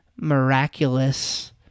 miraculous